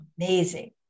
amazing